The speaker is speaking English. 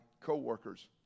coworkers